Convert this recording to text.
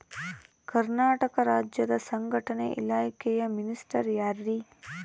ಕರ್ನಾಟಕ ರಾಜ್ಯದ ಸಂಘಟನೆ ಇಲಾಖೆಯ ಮಿನಿಸ್ಟರ್ ಯಾರ್ರಿ?